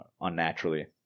unnaturally